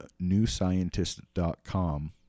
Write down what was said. newscientist.com